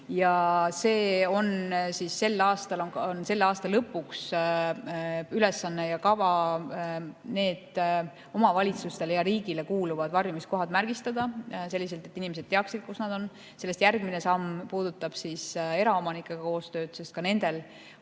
varjuda. On ülesanne selle aasta lõpuks need omavalitsustele ja riigile kuuluvad varjumiskohad märgistada selliselt, et inimesed teaksid, kus need on. Sellest järgmine samm puudutab eraomanikega koostööd, sest ka nendel on